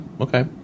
Okay